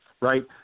right